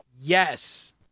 Yes